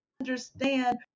understand